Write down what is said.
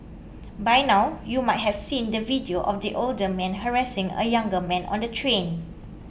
by now you might have seen the video of the older man harassing a younger man on the train